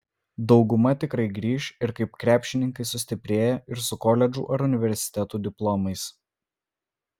dauguma tikrai grįš ir kaip krepšininkai sustiprėję ir su koledžų ar universitetų diplomais